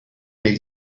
wnei